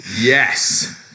Yes